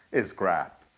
is crap.